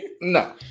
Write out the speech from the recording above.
No